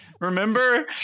Remember